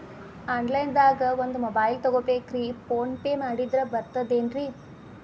Online ದಾಗ ಒಂದ್ mobile ತಗೋಬೇಕ್ರಿ ಫೋನ್ ಪೇ ಮಾಡಿದ್ರ ಬರ್ತಾದೇನ್ರಿ?